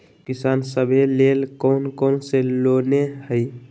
किसान सवे लेल कौन कौन से लोने हई?